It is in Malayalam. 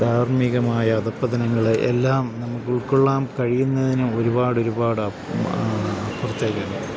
ധാർമ്മികമായ അധഃപതനങ്ങൾ എല്ലാം നമുക്ക് ഉൾക്കൊള്ളാൻ കഴിയുന്നതിന് ഒരുപാടൊരുപാട് അപ്പുറത്തേക്കാണ്